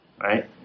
right